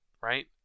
right